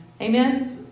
Amen